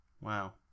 Wow